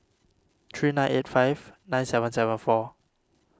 three nine eight five nine seven seven four